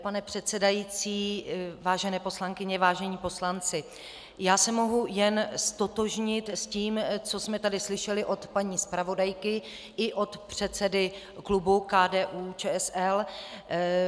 Pane předsedající, vážené poslankyně, vážení poslanci, já se mohu jen ztotožnit s tím, co jsme tady slyšeli od paní zpravodajky i od předsedy klubu KDUČSL.